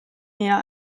näher